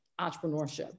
entrepreneurship